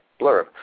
blurb